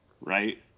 Right